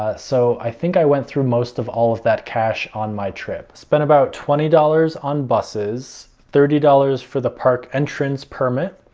ah so i think i went through most of all of that cash on my trip. spent about twenty dollars dollars on buses, thirty dollars for the park entrance permit,